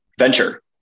venture